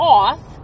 off